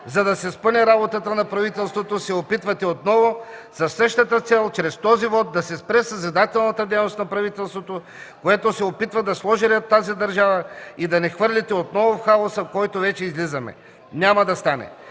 за да се спъне работата на правителството, се опитвате отново със същата цел чрез този вот да се спре съзидателната дейност на правителството, което се опитва да сложи ред в тази държава, и да ни хвърлите отново в хаоса, от който вече излизаме. Няма да стане!